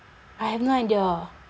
I have no idea